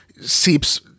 seeps